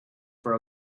for